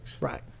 Right